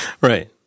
Right